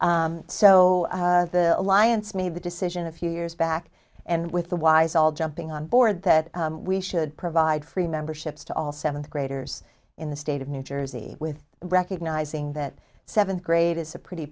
so the alliance made the decision a few years back and with the wise all jumping on board that we should provide free memberships to all seventh graders in the state of new jersey with recognizing that seventh grade is a pretty